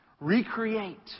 recreate